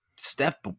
step